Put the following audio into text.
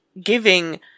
giving